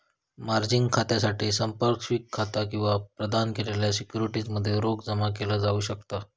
margin खात्यासाठी संपार्श्विक खाता किंवा प्रदान केलेल्या सिक्युरिटीज मध्ये रोख जमा केला जाऊ शकता